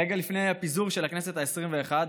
רגע לפני הפיזור של הכנסת העשרים-ואחת,